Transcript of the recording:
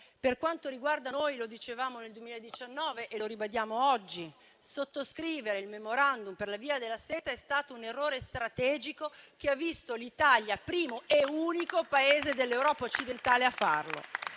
Per quanto riguarda noi, lo dicevamo nel 2019 e lo ribadiamo oggi: sottoscrivere il *memorandum* sulla Via della seta è stato un errore strategico che ha visto l'Italia essere il primo e unico Paese dell'Europa occidentale a farlo.